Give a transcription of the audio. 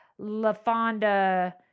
LaFonda